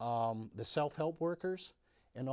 the self help workers and